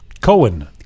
Cohen